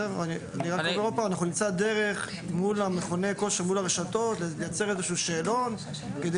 אנחנו נמצא דרך מול מכוני הכושר ומול הרשתות לייצר איזשהו שאלון כדי